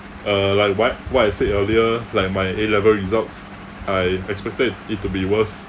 uh like what what I said earlier like my A level results I expected it it to be worse